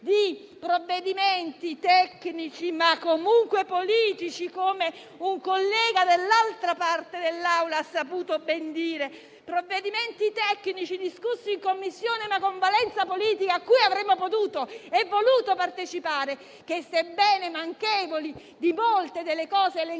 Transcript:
di provvedimenti tecnici, ma comunque politici, come un collega dall'altra parte dell'Assemblea ha saputo bene dire. Erano provvedimenti tecnici discussi in Commissione, ma con valenza politica, cui avremmo potuto e voluto partecipare e che, sebbene manchevoli di molte delle cose elencate